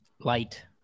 light